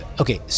okay